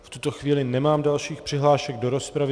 V tuto chvíli nemám dalších přihlášek do rozpravy.